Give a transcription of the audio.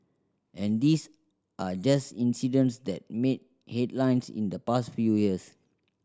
and these are just incidents that made headlines in the past few years